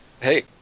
Hey